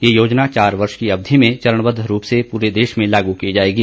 यह योजना चार वर्ष की अवधि में चरणबद्ध रूप से पूरे देश में लागू की जाएगी